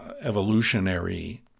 evolutionary